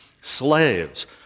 Slaves